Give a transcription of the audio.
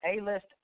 A-list